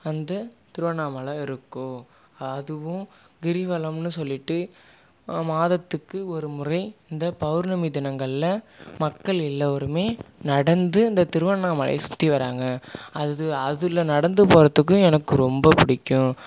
அந்த திருவண்ணாமலை இருக்கும் அதுவும் கிரிவலம்னு சொல்லிவிட்டு மாதத்துக்கு ஒரு முறை இந்த பவுர்ணமி தினங்களில் மக்கள் எல்லோரும் நடந்து இந்த திருவண்ணாமலையை சுற்றி வராங்க அது அதில் நடந்து போகிறத்துக்கும் எனக்கு ரொம்ப பிடிக்கும்